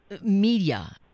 media